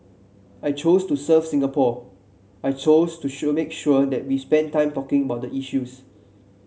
I chose to serve Singapore I chose to sure make sure that we spend time talking about the issues